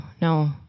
no